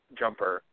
jumper